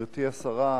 גברתי השרה,